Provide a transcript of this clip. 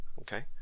okay